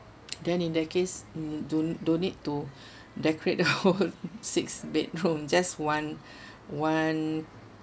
then in that case do don't need to decorate the whole six bedroom just one one